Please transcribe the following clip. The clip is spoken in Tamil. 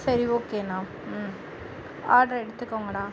சரி ஓகேண்ணா ம் ஆட்ரை எடுத்துக்கோங்கண்ணா